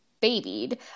babied